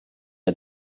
had